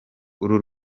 uru